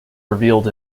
revealed